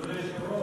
אדוני היושב-ראש.